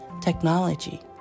technology